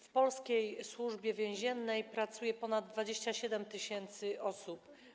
W polskiej Służbie Więziennej pracuje ponad 27 tys. osób.